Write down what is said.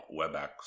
WebEx